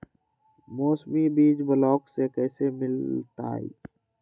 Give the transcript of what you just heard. मौसमी बीज ब्लॉक से कैसे मिलताई?